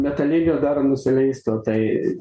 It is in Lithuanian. metaliniu dar nusileistų tai